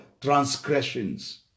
transgressions